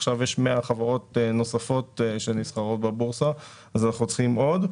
עכשיו יש 100 חברות נוספות שנסחרות בבורסה ואנחנו צריכים עוד.